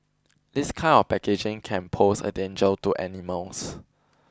this kind of packaging can pose a danger to animals